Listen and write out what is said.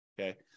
okay